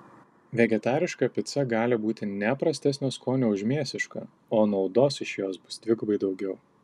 vegetariška pica gali būti ne prastesnio skonio už mėsišką o naudos iš jos bus dvigubai daugiau